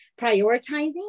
prioritizing